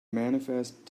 manifest